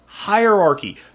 hierarchy